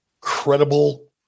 credible